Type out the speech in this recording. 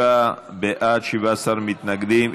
37 בעד, 17 מתנגדים.